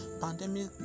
Pandemic